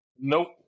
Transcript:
Nope